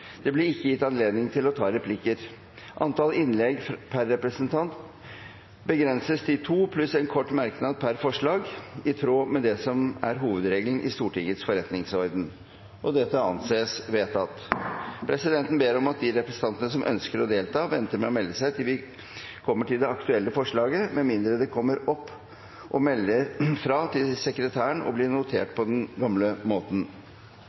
Det blir ikke gitt anledning til å ta replikker. Antall innlegg per representant begrenses til to pluss en kort merknad per forslag, i tråd med det som er hovedregelen i Stortingets forretningsorden. – Det anses vedtatt. Presidenten ber om at de representantene som ønsker å delta, venter med å melde seg til vi kommer til det aktuelle forslaget, med mindre de kommer opp og melder fra til sekretæren og blir notert på den gamle måten.